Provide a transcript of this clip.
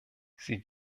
sie